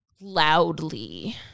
loudly